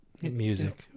Music